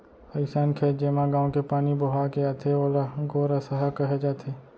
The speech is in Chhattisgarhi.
अइसन खेत जेमा गॉंव के पानी बोहा के आथे ओला गोरसहा कहे जाथे